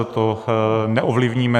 To neovlivníme.